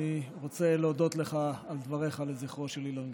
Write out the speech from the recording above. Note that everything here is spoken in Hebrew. אני רוצה להודות לך על דבריך לזכרו של אילן גילאון.